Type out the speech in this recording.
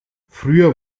früher